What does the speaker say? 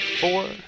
four